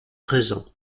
présent